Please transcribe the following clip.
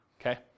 okay